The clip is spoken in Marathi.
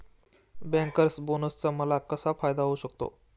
बँकर्स बोनसचा मला कसा फायदा होऊ शकतो?